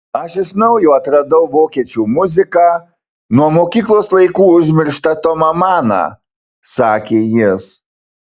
aš iš naujo atradau vokiečių muziką nuo mokyklos laikų užmirštą tomą maną sakė jis